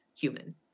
human